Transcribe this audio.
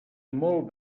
molt